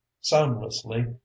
soundlessly